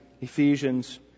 Ephesians